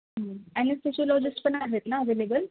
anaesthesiologist पण आहेत ना अव्हेलेबल